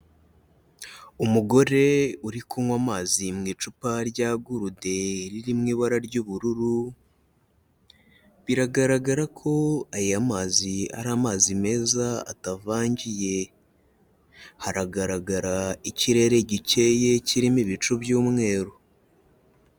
Umugore uri kunywa amazi mu icupa rya gurude riririmo ibara ry'ubururu, biragaragara ko aya mazi ari amazi meza atavangiye, haragaragara ikirere gikeye kirimo ibicu by'umweru.